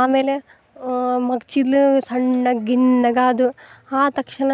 ಆಮೇಲೆ ಮಗ್ಚಿದ್ಲು ಸಣ್ಣಗೆ ಗಿಣ್ಣಗಾದು ಆದ ತಕ್ಷಣ